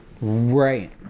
Right